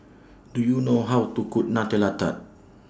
Do YOU know How to Cook Nutella Tart